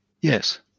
Yes